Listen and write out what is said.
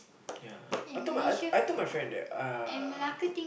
ya I told my I I told my friend that uh